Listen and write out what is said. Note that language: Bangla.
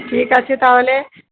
ঠিক আছে তাহলে